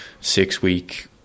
six-week